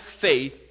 faith